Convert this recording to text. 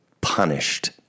punished